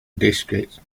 district